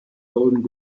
golden